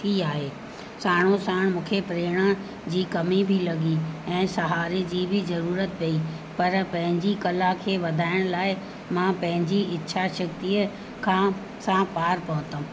थी आहे साणो साण मूंखे प्रेरणा जी कमी बि लॻी ऐं सहारे जी बि ज़रूरत ॾेई पर पंहिंजी कला खे वधाइण लाइ मां पंहिंजी इच्छा शक्तीअ खां सां पार पहुतमि